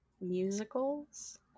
musicals